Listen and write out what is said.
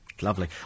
Lovely